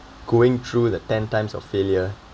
going through the ten times of failure